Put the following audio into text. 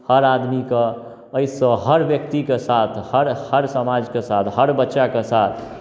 हर आदमीकेँ एहिसँ हर व्यक्तिके साथ हर हर समाजके साथ हर बच्चाके साथ